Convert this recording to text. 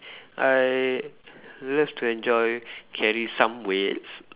I love to enjoy carry some weights